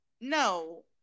No